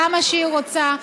כמה שהיא רוצה.